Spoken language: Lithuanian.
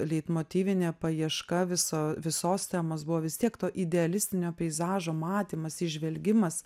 leitmotyvinė paieška viso visos temos buvo vis tiek to idealistinio peizažo matymas įžvelgimas